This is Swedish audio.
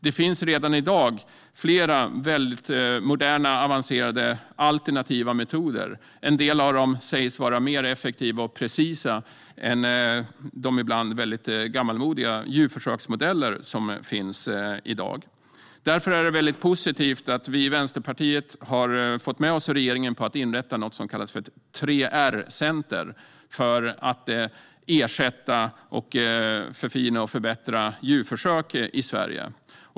Det finns redan i dag flera moderna, avancerade, alternativa metoder. En del av dem sägs vara mer effektiva och precisa än de ibland gammalmodiga djurförsöksmodeller som finns i dag. Därför är det positivt att vi i Vänsterpartiet har fått med oss regeringen på att inrätta något som kallas för 3R-center för att ersätta, förfina och förbättra djurförsök i Sverige.